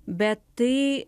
bet tai